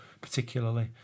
particularly